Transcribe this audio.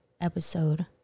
episode